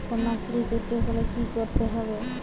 কন্যাশ্রী পেতে হলে কি করতে হবে?